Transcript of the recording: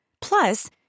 Plus